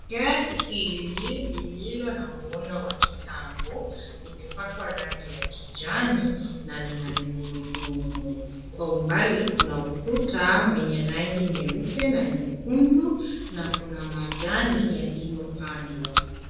Gari hili ni lililo na muundo wa kitambo. Limepakwa rangi ya kijani na lina migurudumu. Kwa umbali, kuna ukuta mwenye rangi nyeupe na nyekundu na kuna majani yaliyopandwa.